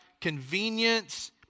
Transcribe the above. convenience